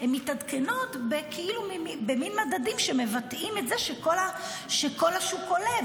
מתעדכנות במין מדדים שמבטאים את זה שכל השוק עולה,